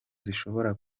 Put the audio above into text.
zishobora